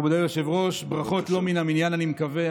אדוני היושב-ראש, ברכות הן לא במניין, אני מקווה.